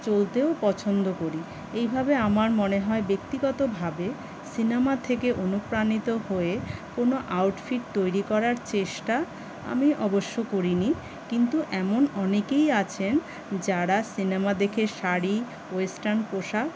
চলতেও পছন্দ করি এইভাবে আমার মনে হয় ব্যক্তিগতভাবে সিনেমা থেকে অনুপ্রাণিত হয়ে কোনও আউটফিট তৈরি করার চেষ্টা আমি অবশ্য করি নি কিন্তু এমন অনেকেই আছেন যারা সিনেমা দেখে শাড়ি ওয়েস্টার্ন পোশাক